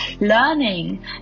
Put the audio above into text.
learning